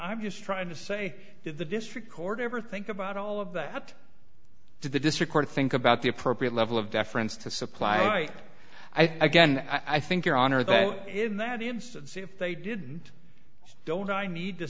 i'm just trying to say that the district court ever think about all of that did the district court think about the appropriate level of deference to supply i get and i think your honor that in that instance they didn't i don't i need to